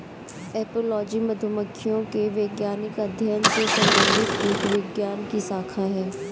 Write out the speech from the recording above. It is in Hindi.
एपोलॉजी मधुमक्खियों के वैज्ञानिक अध्ययन से संबंधित कीटविज्ञान की शाखा है